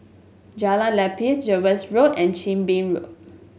Jalan Lepas Jervois Road and Chin Bee Road